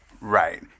Right